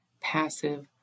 passive